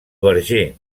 verger